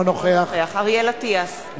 אינו נוכח אריאל אטיאס,